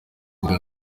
nibwo